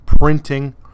printing